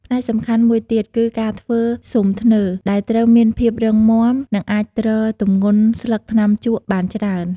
ផ្នែកសំខាន់មួយទៀតគឺ ការធ្វើស៊ុមធ្នើរ ដែលត្រូវមានភាពរឹងមាំ និងអាចទ្រទម្ងន់ស្លឹកថ្នាំជក់បានច្រើន។